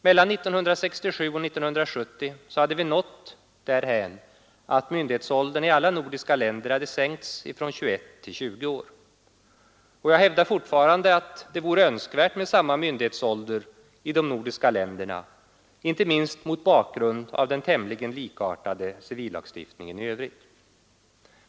Mellan 1967 och 1970 hade vi nått därhän att myndighetsåldern i alla nordiska länder hade sänkts från 21 till 20 år. Jag hävdar fortfarande att det vore önskvärt med lika myndighetsålder i de nordiska länderna, inte minst mot bakgrund av den tämligen likartade civillagstiftningen i övrigt.